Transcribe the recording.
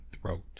throat